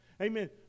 Amen